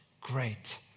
Great